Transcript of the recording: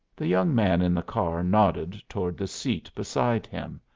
the young man in the car nodded toward the seat beside him.